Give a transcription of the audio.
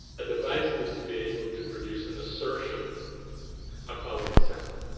a device needs to be able to produce an assertion about itself.